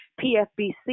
PFBC